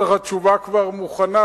בטח התשובה כבר מוכנה,